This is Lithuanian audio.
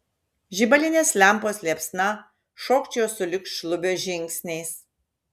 žibalinės lempos liepsna šokčiojo sulig šlubio žingsniais